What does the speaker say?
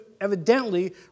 evidently